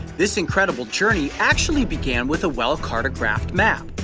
this incredible journey actually began with a well-cartographed map.